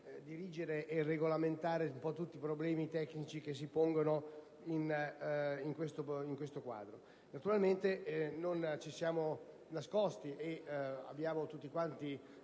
dirimere e regolamentare tutti i problemi tecnici che si pongono in questo quadro. Naturalmente, non ci siamo nascosti e abbiamo tutti